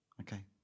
Okay